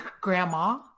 Grandma